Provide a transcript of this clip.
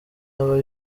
aba